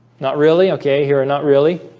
not really, ok, here are not really